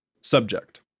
Subject